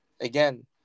again